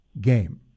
game